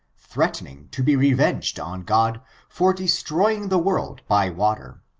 threatening to be revenged on god for destroying the world by wa ter.